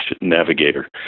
navigator